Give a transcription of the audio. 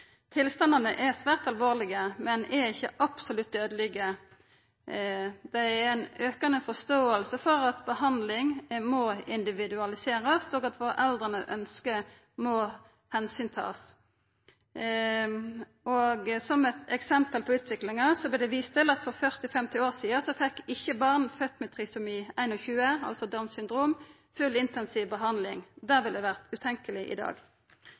Tilstandane er svært alvorlege, men ikkje absolutt dødelege. Det er ei aukande forståing for at behandling må verta individualisert, og at foreldra sine ønske må verta tatt omsyn til. Som eit eksempel på utviklinga vart det vist til at for 40–50 år sidan fekk ikkje barn fødde med trisomi 21, altså Downs syndrom, full intensiv behandling. Det ville vore utenkjeleg i dag.